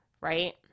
Right